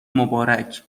مبارک